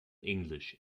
english